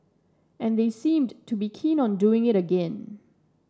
and they seemed to be keen on doing it again